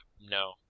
no